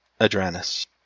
Adranus